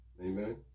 Amen